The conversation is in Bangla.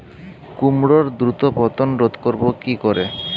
কুমড়োর দ্রুত পতন রোধ করব কি করে?